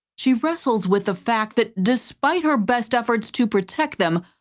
she wrestles with the fact that despite her best efforts to protect them,